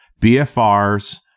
BFRs